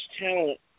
talent